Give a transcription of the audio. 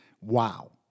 Wow